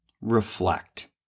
Reflect